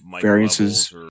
variances